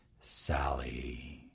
Sally